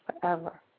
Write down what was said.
forever